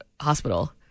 hospital